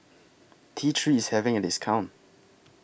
T three IS having A discount